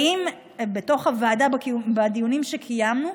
באות, בתוך הוועדה, בדיונים שקיימנו,